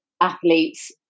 athletes